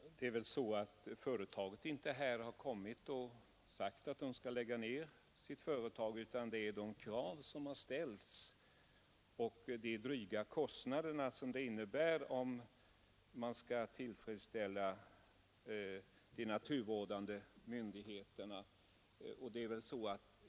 Herr talman! Det är väl inte så att man från företagets sida helt enkelt sagt att driften skall läggas ned, utan situationen har uppkommit på grund av de krav som ställts och de dryga kostnader som uppstår, om de naturvårdande myndigheternas krav skall tillfredsställas.